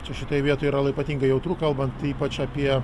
čia šitoj vietoj yra ypatingai jautru kalbant ypač apie